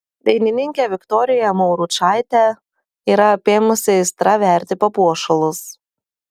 dainininkę viktoriją mauručaitę yra apėmusi aistra verti papuošalus